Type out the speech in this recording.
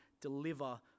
deliver